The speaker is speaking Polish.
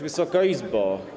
Wysoka Izbo!